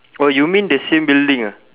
oh you mean the same building ah